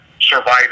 surviving